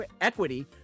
equity